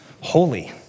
holy